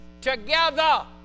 together